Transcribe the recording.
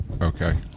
okay